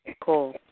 Cool